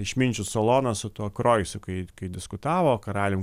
išminčius salonas su tuo kroisu kai kai diskutavo karalium